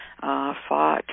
fought